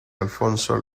alfonso